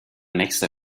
nächste